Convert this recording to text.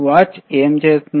watch ఏమి చేస్తుంది